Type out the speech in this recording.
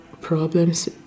problems